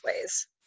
ways